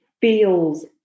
feels